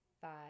five